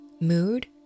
mood